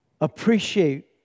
appreciate